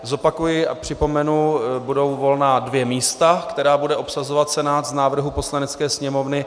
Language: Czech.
Zopakuji a připomenu budou volná dvě místa, která bude obsazovat Senát z návrhů Poslanecké sněmovny.